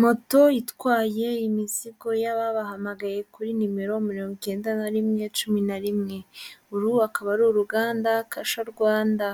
Moto itwaye imizigo y'ababahamagaye kuri nimero mirongo icyenda na rimwe cumi na rimwe, uru akaba ari uruganda kasha Rwanda